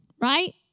right